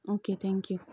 okay thank you